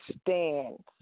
stands